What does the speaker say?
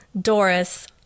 Doris